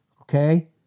Okay